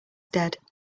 dead